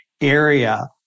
area